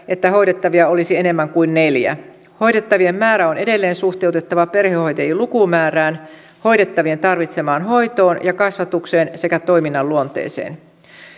että hoidettavia olisi enemmän kuin neljä hoidettavien määrä on edelleen suhteutettava perhehoitajien lukumäärään hoidettavien tarvitsemaan hoitoon ja kasvatukseen sekä toiminnan luonteeseen